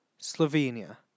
Slovenia